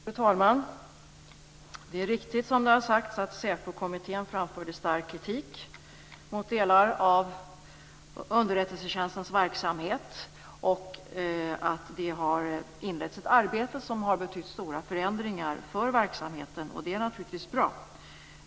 Fru talman! Det är riktigt som det har sagts att SÄPO-kommittén framförde stark kritik mot delar av underrättelsetjänstens verksamhet. Det har inletts ett arbete som har betytt stora förändringar för verksamheten, och det är naturligtvis bra.